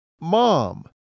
Mom